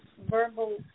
verbal